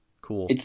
cool